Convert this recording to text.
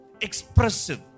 Expressive